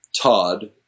Todd